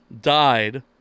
died